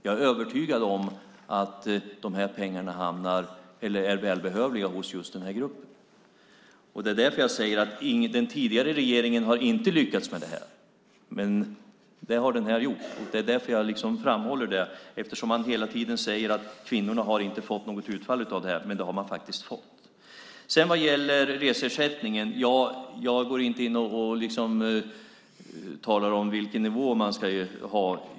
Jag är övertygad om att de pengarna är välbehövliga hos just den gruppen. Det är därför jag säger att den tidigare regeringen inte har lyckats med det här. Men det har den här gjort. Det är därför jag framhåller det, eftersom man hela tiden säger att kvinnorna inte har fått något utfall av det. Men det har de faktiskt fått. Vad gäller reseersättningen går jag inte in och talar om vilken nivå man ska ha.